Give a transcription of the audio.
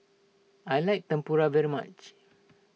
I like Tempura very much